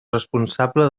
responsable